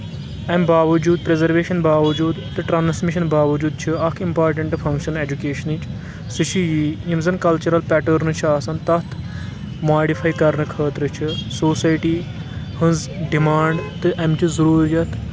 امہِ باوجوٗد پرٛزویشن باوجوٗد تہٕ ٹرانسمیشن باوجوٗد چھُ اکھ اِمپاٹنٹ فنٛگشن اؠجوکیشنٕچ سُہ چھِ یی یِم زن کلچرل پیٹٲرنز چھِ آسان تتھ ماڈِفاے کرنہٕ خٲطرٕ چھِ سوسایٹی ہٕنٛز ڈِمانٛڈ تہٕ امچہِ ضروٗریت